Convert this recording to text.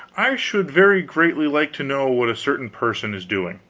i should very greatly like to know what a certain person is doing.